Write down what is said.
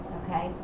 okay